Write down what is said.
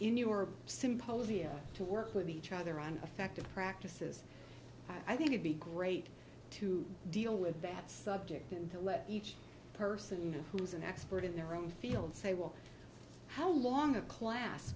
in your symposium to work with each other on effective practices i think would be great to deal with that subject and to let each person who's an expert in their own field say well how long a class